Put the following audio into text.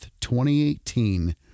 2018